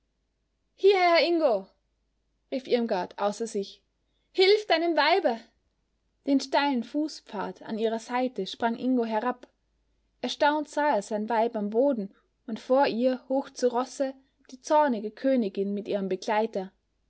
ingo rief irmgard außer sich hilf deinem weibe den steilen fußpfad an ihrer seite sprang ingo herab erstaunt sah er sein weib am boden und vor ihr hoch zu rosse die zornige königin mit ihrem begleiter